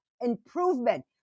improvement